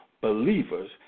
believers